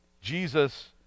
Jesus